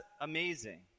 amazing